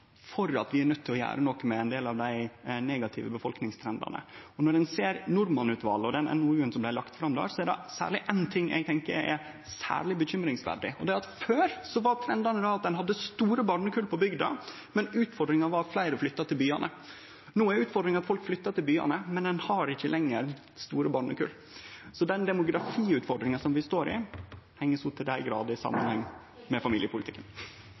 for at vi er nøydde til å gjere noko med ein del av dei negative befolkningstrendane. Når ein ser Norman-utvalet og den NOU-en dei la fram, er det særleg éin ting eg tenkjer er særleg bekymringsverdig. Det er at før var trendane at ein hadde store barnekull på bygda, men utfordringa var at fleire flytta til byane. No er utfordringa at folk flyttar til byane, men ein har ikkje lenger store barnekull. Så den demografiutfordringa som vi står i, heng så til dei grader saman med familiepolitikken.